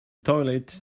toilet